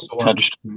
touched